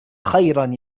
خير